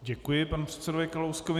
Děkuji panu předsedovi Kalouskovi.